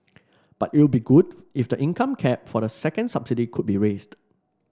but you'll be good if the income cap for the second subsidy could be raised